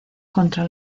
contra